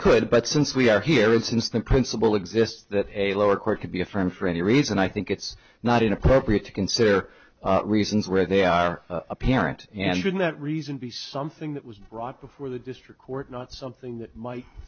could but since we are here and since the principle exists that a lower court could be affirmed for any reason i think it's not inappropriate to consider reasons where they are apparent and even that reason be something that was brought before the district court not something that might